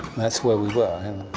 that's where we were and